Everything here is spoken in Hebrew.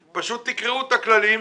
פשוט תקראו את הכללים.